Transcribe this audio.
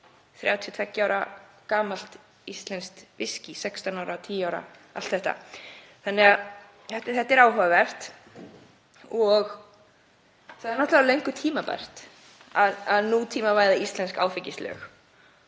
32 ára gamalt íslenskt viskí, 16 ára, 10 ára, allt þetta. Þetta er áhugavert. Það er náttúrlega löngu tímabært að nútímavæða íslensk áfengislög.